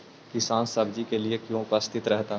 किसान सब्जी के लिए क्यों उपस्थित रहता है?